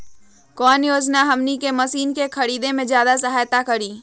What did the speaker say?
कौन योजना हमनी के मशीन के खरीद में ज्यादा सहायता करी?